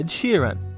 Sheeran